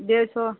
দেড়শো